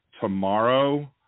tomorrow